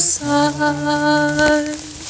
side